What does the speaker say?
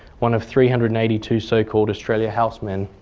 one of three hundred and eighty two so-called australia house men.